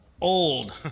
Old